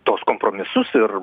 tuos kompromisus ir